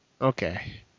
Okay